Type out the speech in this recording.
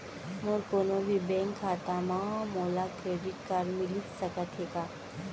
मोर कोनो भी बैंक खाता मा मोला डेबिट कारड मिलिस सकत हे का?